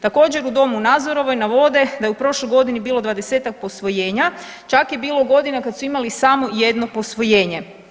Također u Domu u Nazorovoj navode da je u prošloj godini bilo 20-ak posvojenja, čak je bilo godina kad su imali samo jedno posvojenje.